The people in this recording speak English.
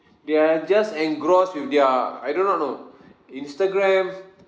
they are just engrossed with their I do not know instagram